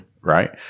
Right